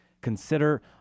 Consider